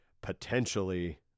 potentially